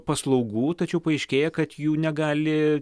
paslaugų tačiau paaiškėja kad jų negali